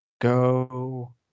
go